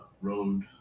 road